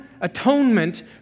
atonement